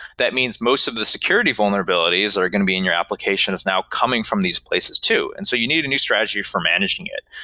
that means most of the security vulnerabilities are going to be in your application is now coming from these places too. and so you need a new strategy for managing it.